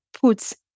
puts